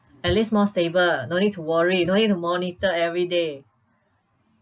at least more stable no need to worry no need to monitor every day